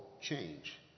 change